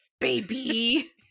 baby